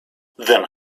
then